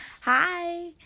Hi